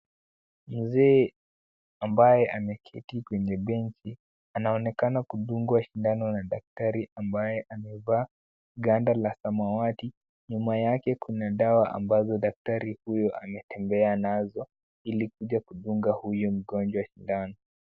Mzee ambaye ameketi kwenye benchi anaonekana kudungwa sindano na daktari, amabye amevaa ngwanda la samawati. Nyuma yake kuna dawa ambazo daktari huyu ametembea nazo, ili kuja kudunga huyu mgonjwa sindano.